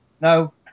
No